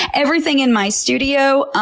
everything in my studio,